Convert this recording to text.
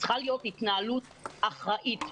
צריכה להיות התנהלות אחראית.